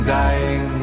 dying